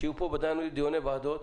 כשיהיו פה דיוני ועדות,